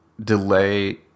delay